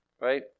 right